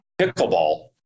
pickleball